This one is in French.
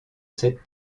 cette